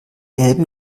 elbe